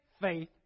faith